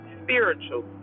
spiritual